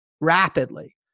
rapidly